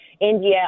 India